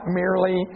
merely